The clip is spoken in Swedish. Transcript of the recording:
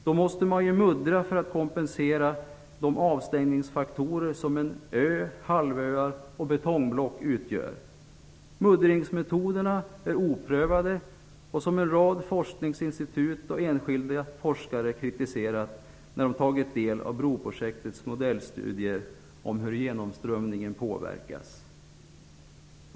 Man måste muddra för att kompensera de avstängningsfaktorer som en ö, halvöar och betongblock utgör. Muddringsmetoderna är oprövade, och en rad forskningsinstitut och enskilda forskare har kritiserat dem när de tagit del av broprojektets modellstudier om hur genomströmningen påverkas.